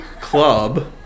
club